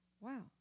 wow